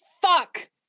Fuck